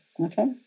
Okay